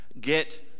get